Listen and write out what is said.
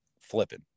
flipping